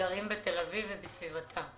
גרים בתל אביב ובסביבתה.